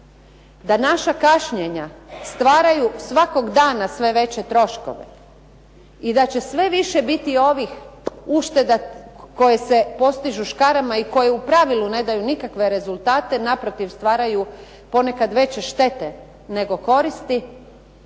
da naša kašnjenja stvaraju svakog dana sve veće troškove i da će sve više biti ovih ušteda koje se postižu škarama i koje u pravilu ne daju nikakve rezultate, naprotiv stvaraju ponekada veće štete nego koristi,